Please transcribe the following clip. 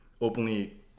openly